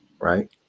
right